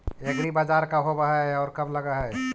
एग्रीबाजार का होब हइ और कब लग है?